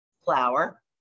Flour